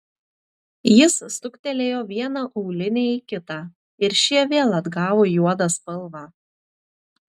jis stuktelėjo vieną aulinį į kitą ir šie vėl atgavo juodą spalvą